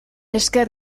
esker